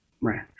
Right